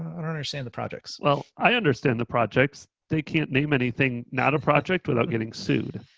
i don't understand the projects. well, i understand the projects, they can't name anything, not a project without getting sued.